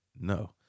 No